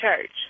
church